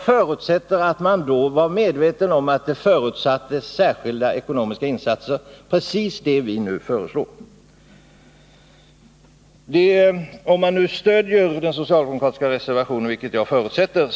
Och jag utgår ifrån att man var medveten om att det förutsattes särskilda ekonomiska insatser, precis det vi nu föreslår. Om man stöder den socialdemokratiska reservationen, vilket jag förutsätter,